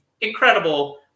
incredible